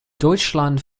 deutschland